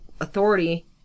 authority